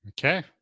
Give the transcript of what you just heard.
Okay